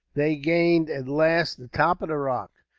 they gained, at last, the top of the rock.